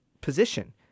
position